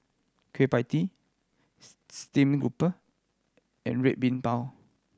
Kueh Pie Tee steamed grouper and Red Bean Bao